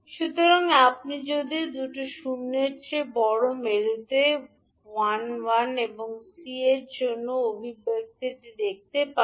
সুতরাং এখন আপনি যদি শূন্যের চেয়ে বড় দুটি মেরুতে l l এবং c এর জন্য এই অভিব্যক্তিটি দেখতে পান